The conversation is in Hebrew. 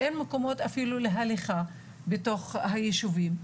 אין מקומות אפילו להליכה בתוך היישובים.